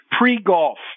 pre-golf